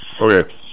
Okay